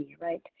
right